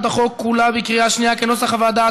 החוק כולה בקריאה שנייה כנוסח הוועדה,